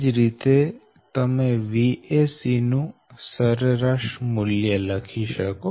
એ જ રીતે તમે Vacનું સરેરાશ મૂલ્ય લખી શકો